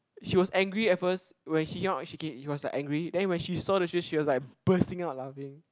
she was angry at first when she came out she came she was like angry then when she saw the shoes she was like bursting out laughing